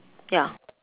ya